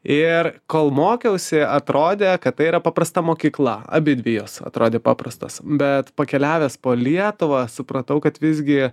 ir kol mokiausi atrodė kad tai yra paprasta mokykla abidvi jos atrodė paprastos bet pakeliavęs po lietuvą supratau kad visgi